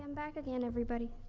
back again, everybody.